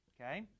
Okay